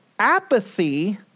Apathy